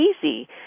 easy